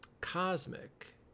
cosmic